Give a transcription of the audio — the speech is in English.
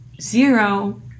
zero